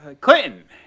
Clinton